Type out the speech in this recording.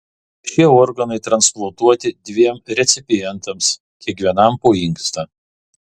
šie organai transplantuoti dviem recipientams kiekvienam po inkstą